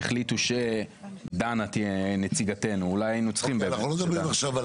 מה שנת"ע אוהבת לעשות,